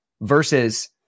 versus